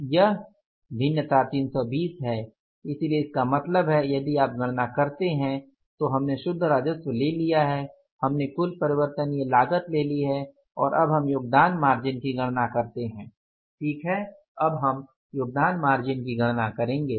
यह भिन्नता 320 है इसलिए इसका मतलब है अब यदि आप गणना करते हैं तो हमने शुद्ध राजस्व ले लिया है हमने कुल परिवर्तनीय लागत ले ली है और अब हम योगदान मार्जिन की गणना करते हैं ठीक है हम अब योगदान मार्जिन की गणना करेंगे